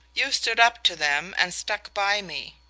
you stood up to them and stuck by me.